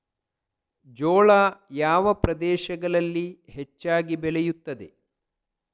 ಜೋಳ ಯಾವ ಪ್ರದೇಶಗಳಲ್ಲಿ ಹೆಚ್ಚಾಗಿ ಬೆಳೆಯುತ್ತದೆ?